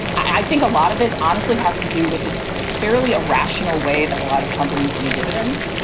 i think a lot of this honestly has to do with this fairly irrational way that a lot of companies view dividends,